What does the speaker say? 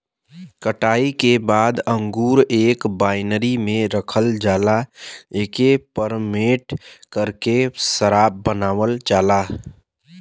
कटाई के बाद अंगूर एक बाइनरी में रखल जाला एके फरमेट करके शराब बनावल जाला